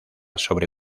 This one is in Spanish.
sobre